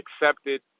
accepted